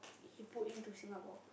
he put into Singapore